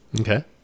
Okay